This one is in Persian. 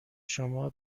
شما